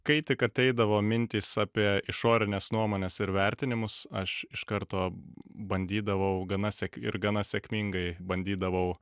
kai tik ateidavo mintys apie išorines nuomones ir vertinimus aš iš karto bandydavau gana sek ir gana sėkmingai bandydavau